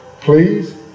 please